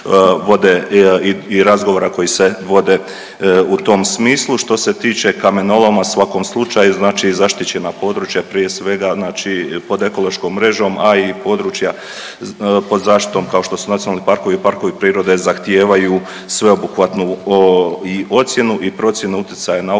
i razgovora koji se vode u tom smislu. Što se tiče kamenoloma u svakom slučaju zaštićena područja prije svega pod ekološkom mrežom, a i područja pod zaštitom kao što su nacionalni parkovi i parkovi prirode zahtijevaju sveobuhvatnu i ocjenu i procjenu utjecaja na okoliš